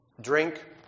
drink